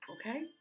okay